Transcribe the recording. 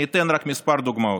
אני אתן רק כמה דוגמאות: